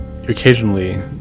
occasionally